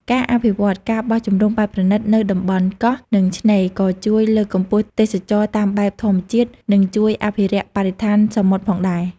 ការអភិវឌ្ឍ ការបោះជំរំបែបប្រណីត នៅតំបន់កោះ និងឆ្នេរ ក៏ជួយលើកកម្ពស់ទេសចរណ៍តាមបែបធម្មជាតិ និងជួយអភិរក្សបរិស្ថានសមុទ្រផងដែរ។